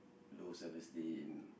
low self esteem